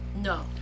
No